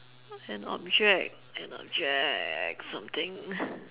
an object an object something